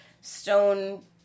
Stone